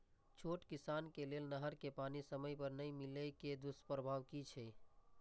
छोट किसान के लेल नहर के पानी समय पर नै मिले के दुष्प्रभाव कि छै?